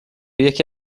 یکی